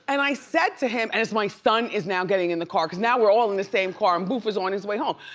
and i said to him, and as my son is now getting in the car, cause now we're all in the same car, and boof is on his way home.